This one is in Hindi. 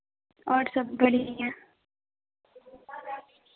और सब बढ़िया